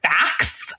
facts